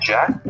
Jack